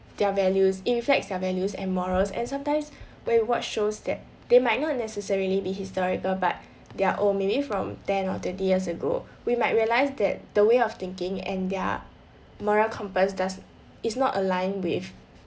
their values it reflects their values and morals and sometimes we'll watch shows that they might not necessarily be historical but they're old maybe from ten or twenty years ago we might realise that the way of thinking and their moral compass does is not aligned with